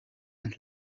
and